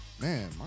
Man